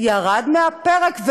ירד מהפרק,